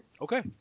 Okay